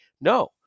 No